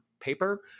paper